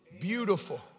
beautiful